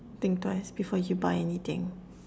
think twice before you buy anything